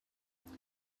they